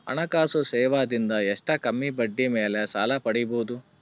ಹಣಕಾಸು ಸೇವಾ ದಿಂದ ಎಷ್ಟ ಕಮ್ಮಿಬಡ್ಡಿ ಮೇಲ್ ಸಾಲ ಪಡಿಬೋದ?